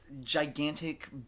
gigantic